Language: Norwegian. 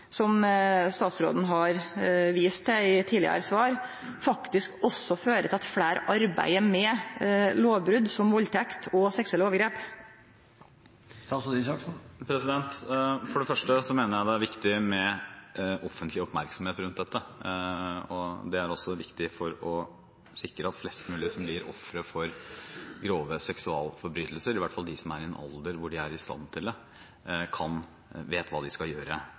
som statsråden har vist til i tidlegare svar – faktisk fører til at fleire arbeider med lovbrot som valdtekt og seksuelle overgrep? For det første mener jeg det er viktig med offentlig oppmerksomhet rundt dette. Det er også viktig for å sikre at flest mulig av dem som blir ofre for grove seksualforbrytelser, vet hva de skal gjøre – i hvert fall de som er i en alder hvor de er i stand til det.